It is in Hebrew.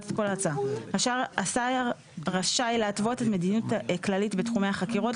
השר רשאי להתוות מדיניות כללית בתחום החקירות,